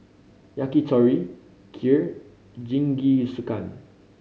Yakitori Kheer Jingisukan